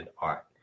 art